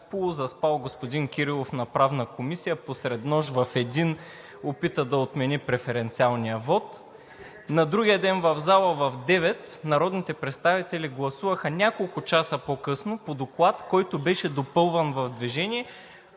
полузаспал господин Кирилов на Правна комисия посред нощ – в 01,00 ч., опита да отмени преференциалния вот, на другия ден в залата – в 9,00 ч., народните представители гласуваха няколко часа по-късно по доклад, който беше допълван в движение,